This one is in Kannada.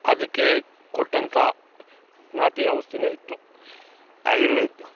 ಅದಕ್ಕೆ ಕೊಟ್ಟಂಥ ನಾಟಿ ಔಷ್ಧಿನೇ ಇತ್ತು ಆಯುರ್ವೇದದ್ದು